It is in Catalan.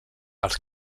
als